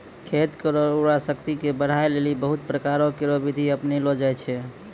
खेत केरो उर्वरा शक्ति क बढ़ाय लेलि बहुत प्रकारो केरो बिधि अपनैलो जाय छै